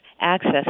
access